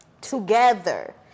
together